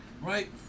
Right